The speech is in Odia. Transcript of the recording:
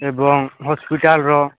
ଏବଂ ହସ୍ପିଟାଲ୍ର